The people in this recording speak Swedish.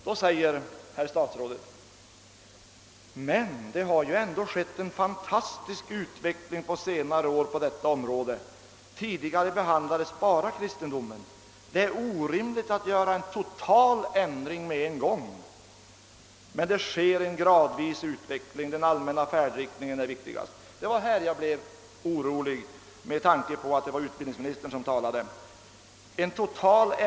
Då svarar statsrådet: Men det har ändå skett en fantastisk utveckling under senare år på detta område. Tidi gare behandlades bara kristendomen. Det är omöjligt att genomföra en total ändring med en gång. Det är den allmänna färdriktningen, som är viktigast, säger statsrådet i sitt svar, och det sker en gradvis utveckling. Det var här jag blev orolig med tanke på att det var utbildningsministern som talade.